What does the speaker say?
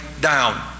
down